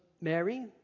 Mary